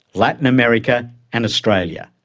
latin america and australia.